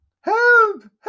help